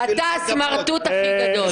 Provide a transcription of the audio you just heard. בשבילי --- אתה הסמרטוט הכי גדול.